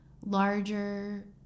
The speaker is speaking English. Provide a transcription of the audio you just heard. larger